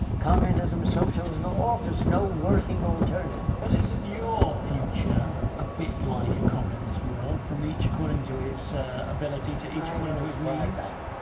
communism, socialism offers no working alternative. but isn't your future a bit like a communist world from each according to his ability, to each according to his needs?